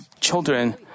children